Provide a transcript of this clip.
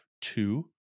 two